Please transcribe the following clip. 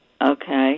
Okay